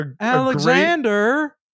alexander